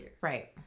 Right